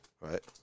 right